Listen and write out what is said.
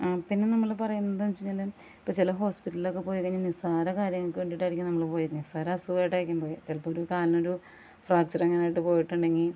പിന്നെ നമ്മൾ പറയുന്നത് എന്ന് വച്ചാൽ ഇപ്പം ചില ഹോസ്പിറ്റലിലൊക്കെ പോയി കഴിഞ്ഞാൽ നിസ്സാര കാര്യങ്ങൾക്ക് വേണ്ടിയിട്ടായിരിക്കും നമ്മൾ പോയത് നിസ്സാര അസുഖമായിട്ടായിരിക്കും പോയത് ചിലപ്പം ഒരു കാലിന് ഒരു ഫ്രാക്ച്ചർ എങ്ങാനമായിട്ട് പോയിട്ടുണ്ടെങ്കിൽ